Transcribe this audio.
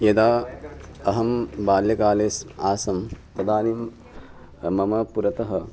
यदा अहं बाल्यकाले स् आसं तदानीं मम पुरतः